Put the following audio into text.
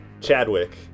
Chadwick